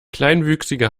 kleinwüchsige